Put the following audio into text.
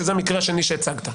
וזה המקרה השני שהצגת.